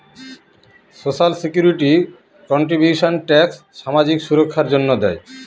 social security contributions tax সামাজিক সুররক্ষার জন্য দেয়